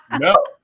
No